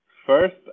First